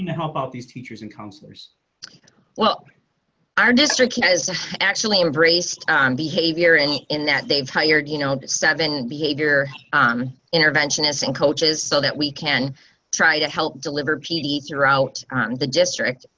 and help out these teachers and counselors well our district is actually embraced um behavior. and in that they've hired you know seven behavior um interventionists and coaches, so that we can try to help deliver pd throughout the district.